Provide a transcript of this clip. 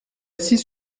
assise